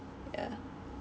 yeah